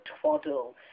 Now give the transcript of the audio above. twaddle